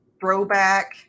throwback